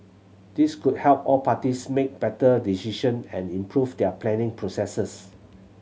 this could help all parties make better decision and improve their planning processes